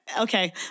Okay